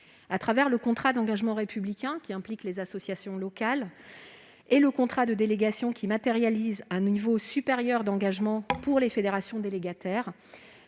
À travers le contrat d'engagement républicain, qui implique les associations locales, et le contrat de délégation, qui matérialise un niveau supérieur d'engagement pour les fédérations délégataires,